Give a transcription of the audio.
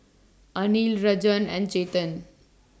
Anil Rajan and Chetan